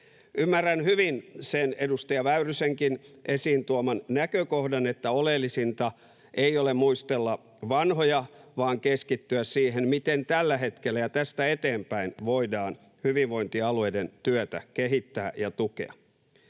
Ymmärrän hyvin sen edustaja Väyrysenkin esiin tuoman näkökohdan, että oleellisinta ei ole muistella vanhoja vaan keskittyä siihen, miten tällä hetkellä ja tästä eteenpäin voidaan hyvinvointialueiden työtä kehittää ja tukea.